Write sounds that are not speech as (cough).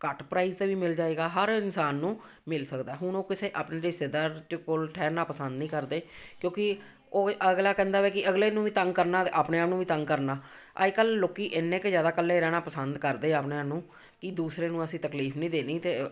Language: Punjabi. ਘੱਟ ਪ੍ਰਾਈਜ 'ਤੇ ਵੀ ਮਿਲ ਜਾਏਗਾ ਹਰ ਇਨਸਾਨ ਨੂੰ ਮਿਲ ਸਕਦਾ ਹੁਣ ਉਹ ਕਿਸੇ ਆਪਣੇ ਰਿਸ਼ਤੇਦਾਰ (unintelligible) ਕੋਲ ਠਹਿਰਣਾ ਪਸੰਦ ਨਹੀਂ ਕਰਦੇ ਕਿਉਂਕਿ ਉਹ ਅਗਲਾ ਕਹਿੰਦਾ ਵਾ ਕਿ ਅਗਲੇ ਨੂੰ ਵੀ ਤੰਗ ਕਰਨਾ ਅਤੇ ਆਪਣੇ ਆਪ ਨੂੰ ਵੀ ਤੰਗ ਕਰਨਾ ਅੱਜ ਕੱਲ੍ਹ ਲੋਕ ਇੰਨੇ ਕੁ ਜ਼ਿਆਦਾ ਇਕੱਲੇ ਰਹਿਣਾ ਪਸੰਦ ਕਰਦੇ ਆਪਣੇ ਆਪ ਨੂੰ ਕਿ ਦੂਸਰੇ ਨੂੰ ਅਸੀਂ ਤਕਲੀਫ਼ ਨਹੀਂ ਦੇਣੀ ਅਤੇ